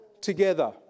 together